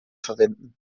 verwenden